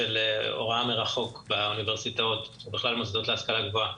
סעיף של הוראה מרחוק באוניברסיטאות ובכלל במוסדות להשכלה גבוהה.